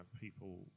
people